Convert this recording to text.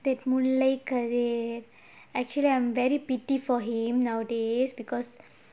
the Mullai Kathir kathir actually I'm very pity for him nowadays because